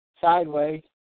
sideways